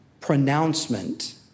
pronouncement